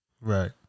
Right